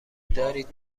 دارید